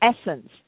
essence